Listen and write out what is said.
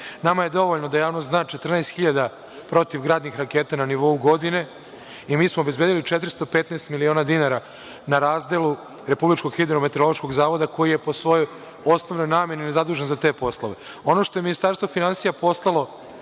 je dovoljno da javnost zna na 14.000 protivgradnih raketa na nivou godine i mi smo obezbedili 415.000.000 dinara na razdelu Republičkog hidrometeorološkog zavoda koji je po svojoj osnovnoj nameni zadužen za te poslove.